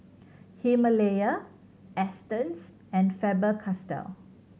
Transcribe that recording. Himalaya Astons and Faber Castell